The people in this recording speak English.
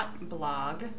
blog